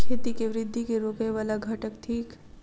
खेती केँ वृद्धि केँ रोकय वला घटक थिक?